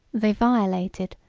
they violated,